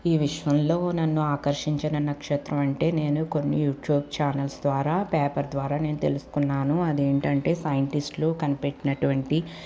ఈ విశ్వంలో నన్ను ఆకర్షించిన నక్షత్రం అంటే నేను కొన్ని యూట్యూబ్ చానెల్స్ ద్వారా పేపర్ ద్వారా నేను తెలుసుకున్నాను అది ఏంటంటే సైంటిస్ట్లు కనిపెట్టినటువంటి